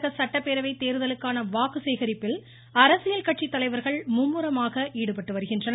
தமிழக சட்டப்பேரவை தேர்தலுக்கான வாக்கு சேகரிப்பில் கட்சித்தலைவர்கள் மும்முரமாக ஈடுபட்டு வருகின்றனர்